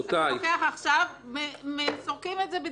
זה כסף של